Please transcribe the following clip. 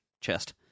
chest